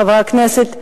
חברי הכנסת,